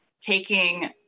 taking